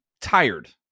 tired